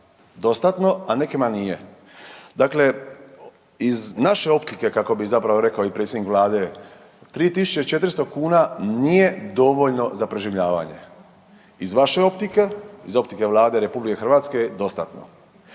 dostatno, a nekima nije. Dakle, iz naše optike kako bi zapravo rekao i predsjednik vlade 3.400 kuna nije dovoljno za preživljavanje, iz vaše optike, iz optike Vlade RH je dostatno.